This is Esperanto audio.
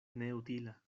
neutila